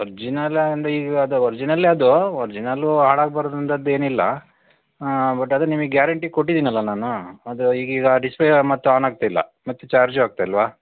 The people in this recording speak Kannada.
ವರ್ಜಿನಲ್ ಅಂದರೆ ಈಗ ಅದೇ ವರ್ಜಿನಲ್ಲೇ ಅದು ವರ್ಜಿನಲ್ಲು ಹಾಳಾಗಬಾರದು ಅಂಥದ್ದೇನಿಲ್ಲ ಬಟ್ ಅದು ನಿಮಗೆ ಗ್ಯಾರೆಂಟಿ ಕೊಟ್ಟಿದ್ದೀನಲ್ಲ ನಾನು ಅದು ಈಗೀಗ ಡಿಸ್ಪ್ಲೇ ಮತ್ತು ಆನ್ ಆಗ್ತಿಲ್ಲ ಮತ್ತು ಚಾರ್ಜು ಆಗ್ತಿಲ್ವಾ